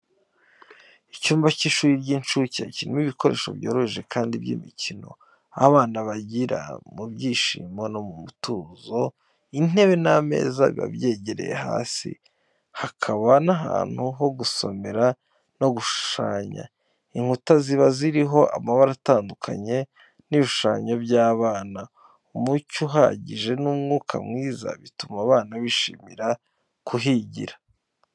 Icyumba cy’ishuri ry’incuke kirimo ibikoresho byoroheje kandi by’imikino, aho abana bigira mu byishimo no mu mutuzo. Intebe n’ameza biba byegereye hasi, hakaba n’ahantu ho gusomera no gushushanya. Inkuta ziba ziriho amabara atandukanye n’ibishushanyo by’abana. Umucyo uhagije n’umwuka mwiza, bituma abana bishimira kuhigira.